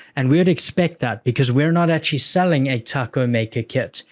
and we would expect that because we're not actually selling a taco maker kit.